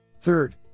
Third